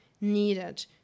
needed